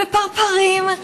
בפרפרים,